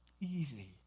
easy